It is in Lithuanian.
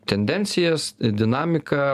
tendencijas dinamiką